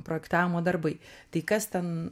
projektavimo darbai tai kas ten